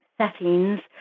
settings